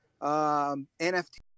NFT